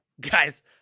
guys